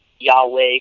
Yahweh